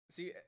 See